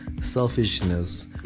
selfishness